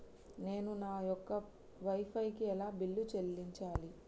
నేను నా యొక్క వై ఫై కి ఎలా బిల్లు చెల్లించాలి?